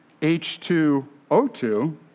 H2O2